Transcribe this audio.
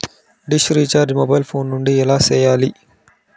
dish recharge mobile phone నుండి ఎలా సేయాలి